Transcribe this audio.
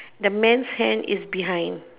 the man's hand is behind